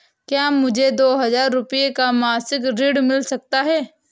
क्या मुझे दो हजार रूपए का मासिक ऋण मिल सकता है?